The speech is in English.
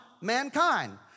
mankind